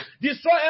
destroy